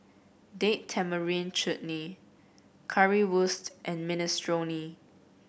Date Tamarind Chutney Currywurst and Minestrone